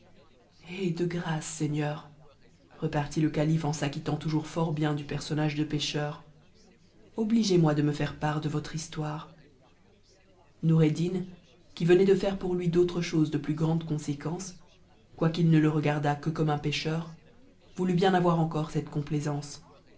eh de grâce seigneur repartit le calife en s'acquittaut toujours fort bien du personnage de pê'heur obligez-moi de me faire part de votre histoire noureddin qui venait de faire pour lui d'autres choses de plus grande conséquence quoiqu'il ne le regardât que comme pêcheur voulut bien ao encore cette complaisance